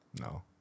No